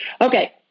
Okay